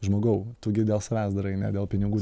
žmogau tu gi dėl savęs darai ne dėl pinigų